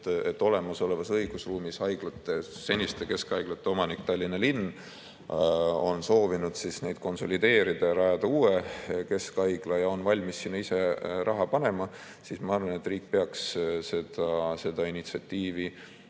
et olemasolevas õigusruumis seniste keskhaiglate omanik Tallinna linn on soovinud neid konsolideerida, rajada uue keskhaigla ja on valmis sinna ise raha panema, siis ma arvan, et riik peaks seda initsiatiivi